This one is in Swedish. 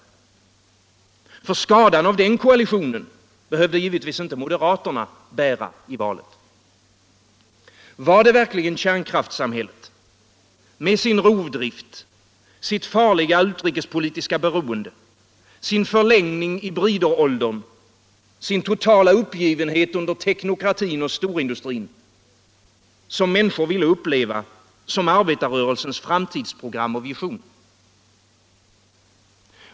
Skadan av den koalitionen behövde givetvis inte moderaterna bära i valet. Var det verkligen kärnkraftssamhället — med sin rovdrift, sitt farliga utrikespolitiska beroende, sin förlängning in i brideråldern, sin totala uppgivenhet under teknokratin och storindustrin — som människor ville uppleva som arbetarrörelsens framtidsprogram och vision?